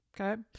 okay